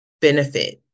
benefit